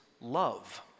love